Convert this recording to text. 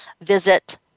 Visit